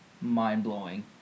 mind-blowing